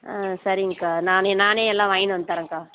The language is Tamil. சரிங்கக்கா நான் எல்லாம் வாங்கிகின்னு வந்து தர்றேன்க்கா